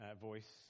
voice